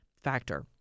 factor